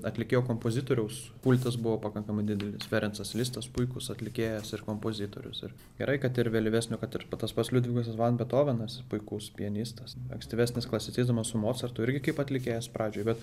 atlikėjo kompozitoriaus kultas buvo pakankamai didelis ferencas listas puikus atlikėjas ir kompozitorius ir gerai kad ir vėlyvesnio kad ir tas pats liudvikas van betovenas puikus pianistas ankstyvesnis klasicizmas su mocartu irgi kaip atlikėjas pradžiai bet